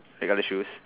the colour shoes